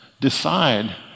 decide